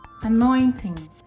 anointing